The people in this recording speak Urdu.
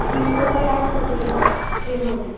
ٹھیک ہے کل آپ آ جائیے گا تین بجے